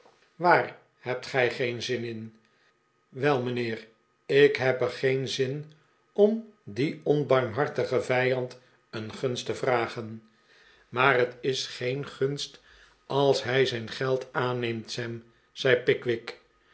waar hebt gij geen zin in sam wel mijnheer ik heb er geen zin om dien onbarmhartigen vijand een gunst te vragen maar het is geen gunst als hij zijn geld aanneemt sam zei pickwick